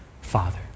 father